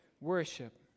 worship